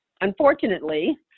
Unfortunately